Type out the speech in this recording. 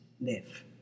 live